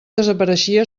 desapareixia